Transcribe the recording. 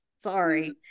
Sorry